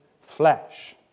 flesh